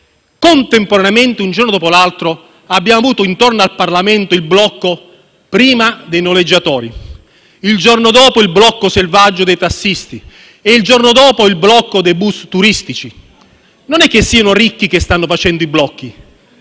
per quale motivo, un giorno dopo l'altro, abbiamo avuto intorno al Parlamento prima il blocco dei noleggiatori, il giorno dopo il blocco selvaggio dei tassisti e il giorno dopo ancora il blocco dei bus turistici. Non sono i ricchi che stanno facendo i blocchi,